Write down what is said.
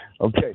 Okay